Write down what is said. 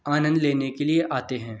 आनंद लेने के लिए आते हैं